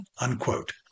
unquote